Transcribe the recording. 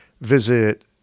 visit